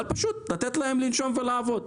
אבל פשוט לתת להם לנשום ולעבוד.